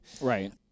right